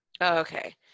Okay